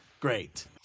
Great